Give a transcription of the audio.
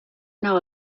know